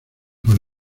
con